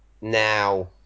now